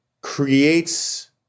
creates